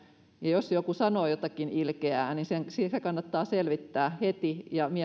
ja jos joku sanoo jotakin ilkeää se kannattaa selvittää heti ja